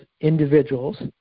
individuals